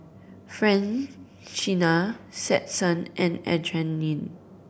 Francina Stetson and Adrienne